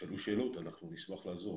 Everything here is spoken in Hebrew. תשאלו שאלות אנחנו נשמח לעזור.